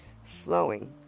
flowing